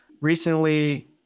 Recently